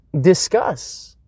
discuss